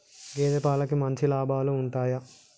గేదే పాలకి మంచి లాభాలు ఉంటయా?